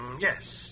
Yes